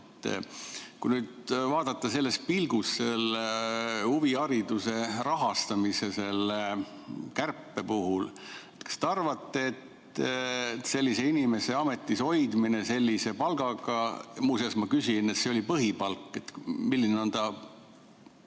Kui nüüd vaadata selle pilguga huvihariduse rahastamise kärpele, kas te arvate, et sellise inimese ametis hoidmine sellise palgaga – muuseas, ma küsisin, see oli põhipalk, milline on ta